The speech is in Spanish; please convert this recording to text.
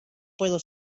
puedo